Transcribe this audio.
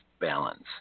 balance